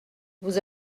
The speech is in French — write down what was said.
vous